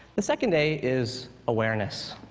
the second a is awareness.